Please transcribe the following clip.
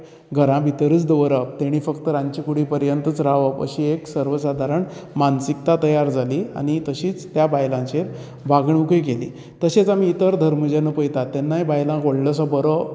घरां भितरच दवरप तेणी फकत रांदचे कुडी पर्यंतच रावप अशी एक सर्व सादारण मानसिकता तयार जाली आनी तशींच त्या बायलांचेर वागणूकय केली तशेंच आमी इतर धर्म जेन्ना पळयतात बायलांक व्हडलोसो बरो